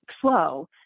flow